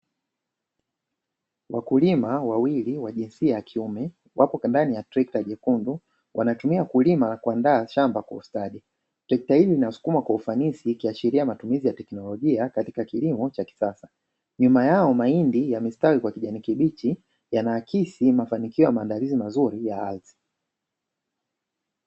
Wakulima wawili wa jinsia ya kiume wako pembeni ya trekta jekundu wanatumia kulima na kuandaa shamba kwa ustadi trekta hili linasukumwa kwa ufanisi ikiashiria matumizi ya teknolojia katika kilimo cha kisasa. nyuma yao mahindi yamestawi wa kijani kibichi yanaakisi mafanikio ya maandalizi mazuri ya ardhi.